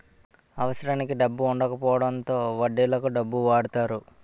అవసరానికి డబ్బు వుండకపోవడంతో వడ్డీలకు డబ్బు వాడతారు